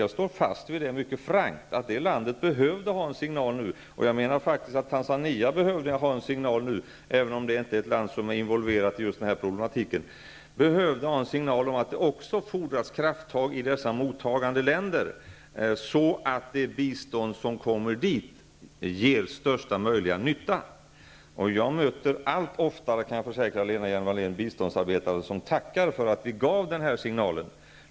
Jag står mycket frankt fast vid att det landet nu behövde en signal, och jag menar faktiskt att också Tanzania, även om det inte är ett land som är involverat i den här problematiken, nu behövde en signal om att det också fordras krafttag i dessa mottagande länder, så att det bistånd som kommer dit gör största möjliga nytta. Jag kan försäkra Lena Hjelm-Wallén om att jag allt oftare möter biståndsarbetare som tackar för att vi gav den här signalen.